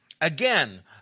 Again